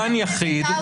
דן יחיד,